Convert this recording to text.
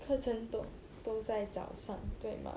课程都在早上对吗